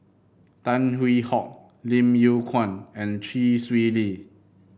Tan Hwee Hock Lim Yew Kuan and Chee Swee Lee